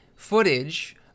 footage